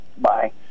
bye